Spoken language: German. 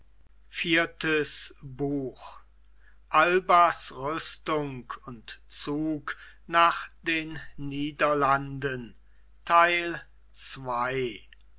albas rüstung und zug nach den niederlanden